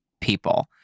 people